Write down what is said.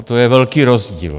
To je velký rozdíl.